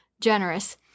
generous